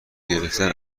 گرفتن